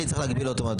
אני צריך להגביל אותו?